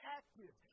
active